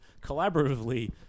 collaboratively